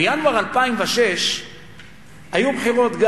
בינואר 2006 היו בחירות.